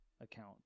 account